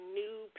new